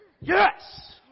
yes